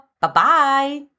Bye-bye